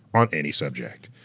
on any subject.